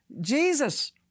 Jesus